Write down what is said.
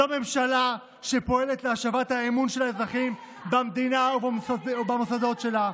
זו ממשלה שפועלת להשבת האמון של האזרחים במדינה ובמוסדות שלה.